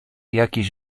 jakiś